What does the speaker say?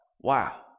wow